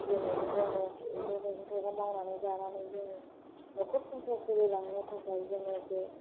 बिदिनो जोङो मैगं थायगं मावनानै जानानै जोङो न'खर संसार सोलि लांनो थाखाय जोङो बे